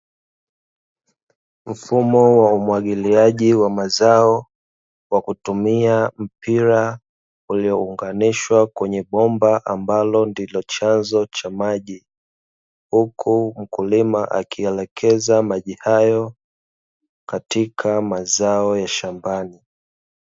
Mfumo wa umwagiliaji wa mazao wa kutumia mpira uliounganishwa kweye bomba ambalo ndio chanzo cha maji, huku mkulima akielekeza maji hayo katika mazao ya shambani.